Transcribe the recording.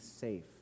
safe